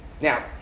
Now